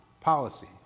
policy